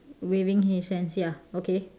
waving his hands ya okay